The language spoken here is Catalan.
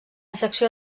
secció